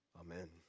Amen